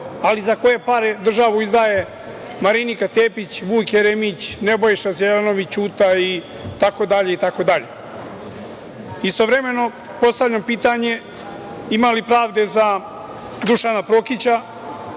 ali za koje pare državu izdaje Marinika Tepić, Vuk Jeremić, Nebojša Zelenović, Ćuta itd, itd? Istovremeno, postavljam pitanje ima li pravde za Dušana Prokića?